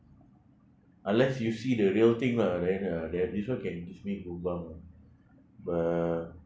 unless you see the real thing lah then uh then this one can make me goosebump uh